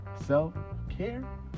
self-care